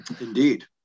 Indeed